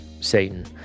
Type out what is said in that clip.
Satan